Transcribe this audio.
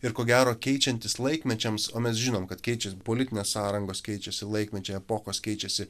ir ko gero keičiantis laikmečiams o mes žinom kad keičia politinės sąrangos keičiasi laikmečiai epochos keičiasi